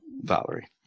Valerie